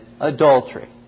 adultery